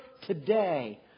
today